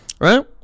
Right